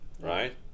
right